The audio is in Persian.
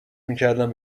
میکردم